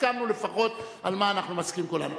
הסכמנו לפחות על מה אנחנו מסכימים כולנו.